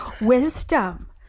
wisdom